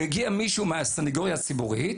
הגיע מישהו מהסנגוריה הציבורית